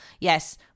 yes